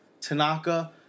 Tanaka